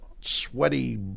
sweaty